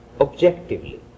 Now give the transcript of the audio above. objectively